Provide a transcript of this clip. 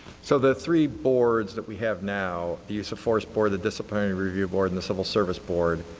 so the three boards that we have now, the use of force board, the disciplinary review board and the civil service board,